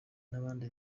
n’abandi